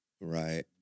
right